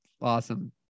Awesome